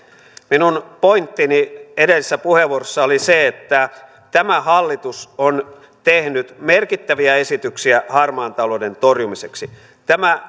minun pointtini edellisessä puheenvuorossani oli se että tämä hallitus on tehnyt merkittäviä esityksiä harmaan talouden torjumiseksi tämä